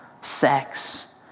sex